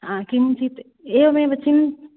आम् किञ्चित् एवमेव चिन्